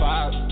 Five